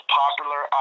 popular